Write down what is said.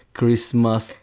Christmas